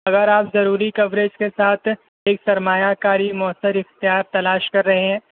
اگر آپ ضروری کوریج کے ساتھ ایک سرمایہ کاری مؤثر اختیار تلاش کر رہے ہیں